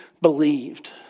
believed